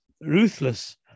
ruthless